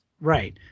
Right